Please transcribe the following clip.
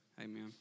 Amen